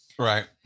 Right